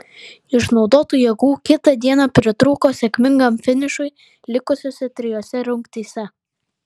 išnaudotų jėgų kitą dieną pritrūko sėkmingam finišui likusiose trijose rungtyse